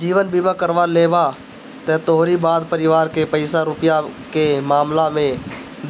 जीवन बीमा करवा लेबअ त तोहरी बाद परिवार के पईसा रूपया के मामला में